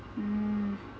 mm